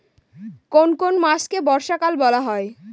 কোন কোন মাসকে বর্ষাকাল বলা হয়?